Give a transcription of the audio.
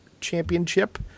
Championship